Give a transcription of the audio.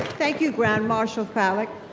thank you, grand marshall falik.